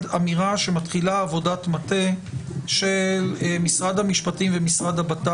אמירה שמתחילה עבודת מטה של משרד המשפטים ומשרד לביטחון